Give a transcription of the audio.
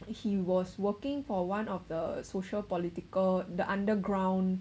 he was working for one of the sociopolitical the underground